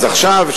אז עכשיו,